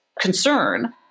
concern